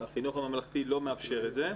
והחינוך הממלכתי לא מאפשר את זה.